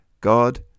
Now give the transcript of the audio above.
God